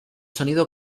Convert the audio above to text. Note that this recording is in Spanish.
sonido